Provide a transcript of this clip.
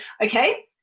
okay